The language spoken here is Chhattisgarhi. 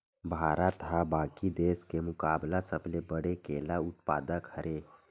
भारत हा बाकि देस के मुकाबला सबले बड़े केला के उत्पादक हरे